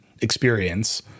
experience